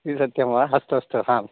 इति सत्यं वा अस्तु अस्तु हां